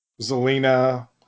Zelina